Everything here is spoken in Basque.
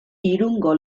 irungo